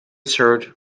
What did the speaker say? served